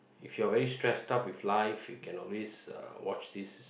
if you are very stressed up with life you can always uh watch this